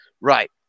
right